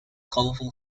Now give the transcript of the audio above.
colorful